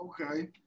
Okay